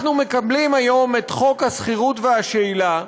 אנחנו מקבלים היום את חוק השכירות והשאילה,